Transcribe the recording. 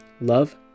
love